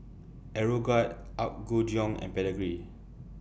Aeroguard Apgujeong and Pedigree